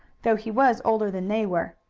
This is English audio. though he was older than they were.